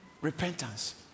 Repentance